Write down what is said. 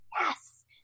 yes